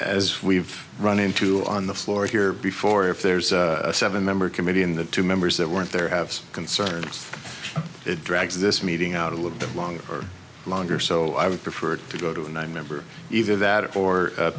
as we've run into on the floor here before if there's a seven member committee in the two members that weren't there have some concerns it drags this meeting out a little bit longer or longer so i would prefer to go to a nine member either that or four